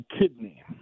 kidney